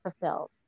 fulfilled